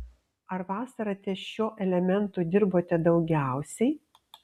ar vasarą ties šiuo elementu dirbote daugiausiai